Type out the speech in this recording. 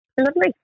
Lovely